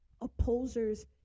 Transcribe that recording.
opposers